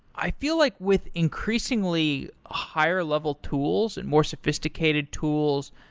i feel like with increasingly higher level tools, and more sophisticated tools,